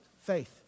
faith